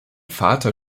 vater